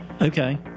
Okay